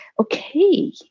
Okay